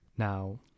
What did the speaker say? Now